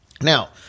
Now